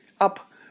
up